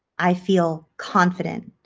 i feel confident.